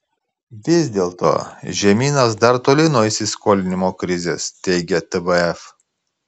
vis dėlto žemynas dar toli nuo įsiskolinimo krizės teigia tvf